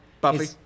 Buffy